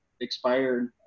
expired